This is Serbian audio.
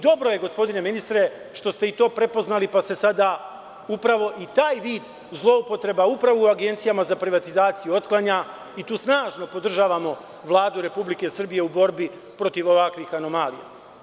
Dobro je gospodine ministre, što ste i to prepoznali, pa se sada upravo i taj vid zloupotreba, upravo u agencijama za privatizaciju otklanja i to snažno podržavamo Vladu Republike Srbije u borbi protiv ovakvih anomalija.